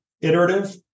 iterative